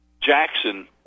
Jackson